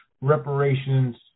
reparations